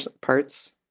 Parts